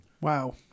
Wow